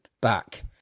back